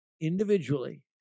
individually